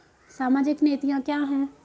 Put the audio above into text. सामाजिक नीतियाँ क्या हैं?